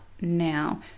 now